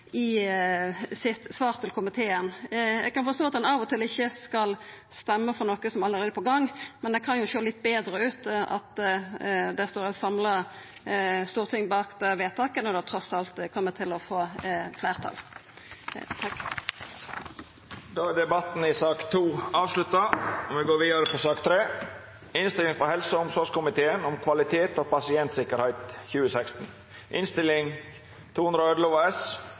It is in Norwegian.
sitt til komiteen. Eg kan forstå at ein av og til ikkje skal røysta for noko som allereie er på gang, men det kan jo sjå litt betre ut at det står eit samla storting bak vedtaket når det trass alt kjem til å få fleirtal. Fleire har ikkje bedt om ordet til sak nr. 2. Etter ønske frå helse- og omsorgskomiteen vil presidenten føreslå at taletida vert avgrensa til 3 minutt til kvar partigruppe og